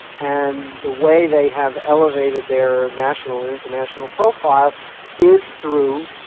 and the way they have elevated their national and international profile is through,